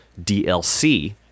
DLC